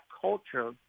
culture